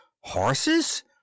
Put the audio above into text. Horses